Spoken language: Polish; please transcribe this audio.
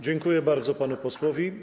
Dziękuję bardzo panu posłowi.